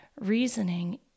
reasoning